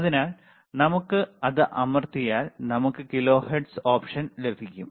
അതിനാൽ നമുക്ക് അത് അമർത്തിയാൽ നമുക്ക് കിലോഹെർട്സ് ഓപ്ഷൻ ലഭിക്കും